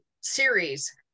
series